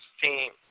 team